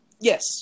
Yes